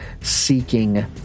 seeking